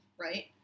right